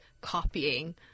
copying